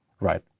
right